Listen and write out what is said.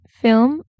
film